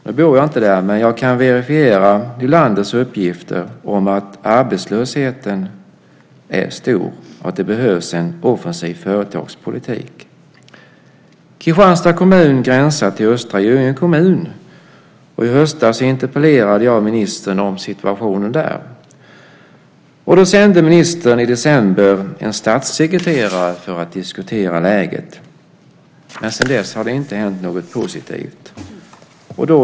Nu bor jag inte där men jag kan verifiera Nylanders uppgifter att arbetslösheten är hög och att det behövs en offensiv företagspolitik. Kristianstads kommun gränsar till Östra Göinge kommun. I höstas interpellerade jag ministern om situationen där. I december sände ministern en statssekreterare för att diskutera läget. Men sedan dess har det inte hänt något positivt.